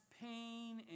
pain